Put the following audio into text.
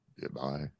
Goodbye